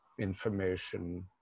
information